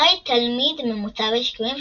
הארי תלמיד ממוצע בשיקויים,